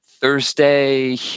Thursday